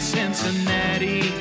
Cincinnati